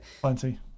plenty